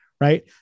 right